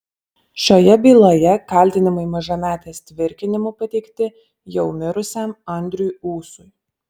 šioje byloje kaltinimai mažametės tvirkinimu pateikti jau mirusiam andriui ūsui